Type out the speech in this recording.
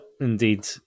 indeed